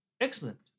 Excellent